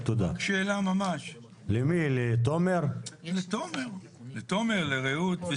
יש לי שאלה לתומר או לרעות.